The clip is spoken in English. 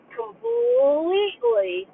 completely